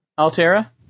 Altera